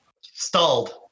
Stalled